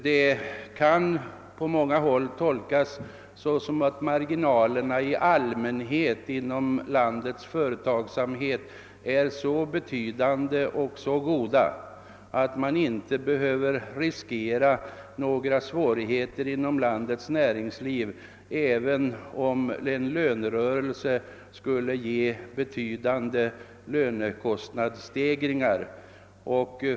Det kan på många håll tolkas såsom om marginalerna inom landets företagsamhet är så betydande och så goda, att man inte behöver riskera svårigheter inom landets näringsliv, även om en lönerörelse skulle resultera i betydande lönekostnadsstegringar.